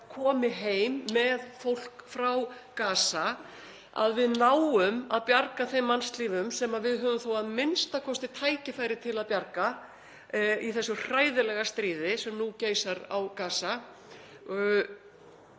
komi heim með fólk frá Gaza, að við náum að bjarga þeim mannslífum sem við höfum þó a.m.k. tækifæri til að bjarga í þessu hræðilega stríði sem nú geisar á Gaza.